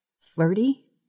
flirty